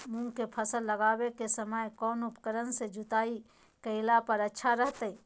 मूंग के फसल लगावे के समय कौन उपकरण से जुताई करला पर अच्छा रहतय?